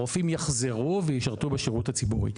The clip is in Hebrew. הרופאים יחזרו וישרתו בשירות הציבורי.